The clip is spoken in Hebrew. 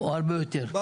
בא